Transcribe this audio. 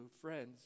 friends